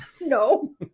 No